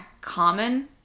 common